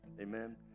Amen